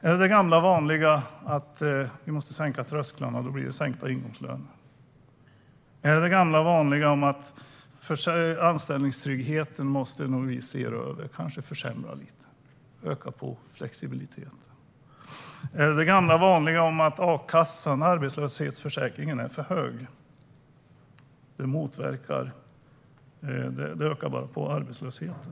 Är det det gamla vanliga om att vi måste sänka trösklarna, och då blir det sänkta ingångslöner? Är det det gamla vanliga om att vi nog måste se över anställningstryggheten och kanske försämra lite för att öka på flexibiliteten? Är det det gamla vanliga om att a-kassan, arbetslöshetsförsäkringen, är för hög och bara ökar på arbetslösheten?